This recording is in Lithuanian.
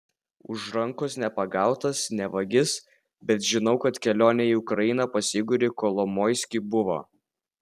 už rankos nepagautas ne vagis bet žinau kad kelionė į ukrainą pas igorį kolomoiskį buvo